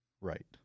right